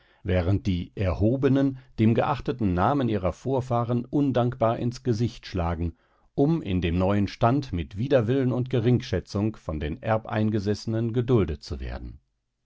während die erhobenen dem geachteten namen ihrer vorfahren undankbar ins gesicht schlagen um in dem neuen stand mit widerwillen und geringschätzung von den erbeingesessenen geduldet zu werden